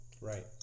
Right